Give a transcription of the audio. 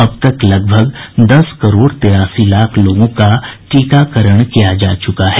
अब तक लगभग दस करोड़ तेरासी लाख लोगों का टीकाकरण किया जा चुका है